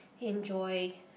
enjoy